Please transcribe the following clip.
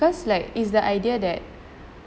because like is the idea that